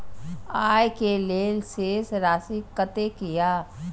आय के लेल शेष राशि कतेक या?